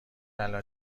الان